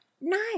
Nice